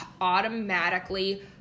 automatically